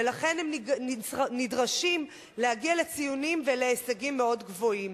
ולכן הם נדרשים להגיע לציונים ולהישגים מאוד גבוהים.